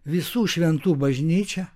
visų šventų bažnyčią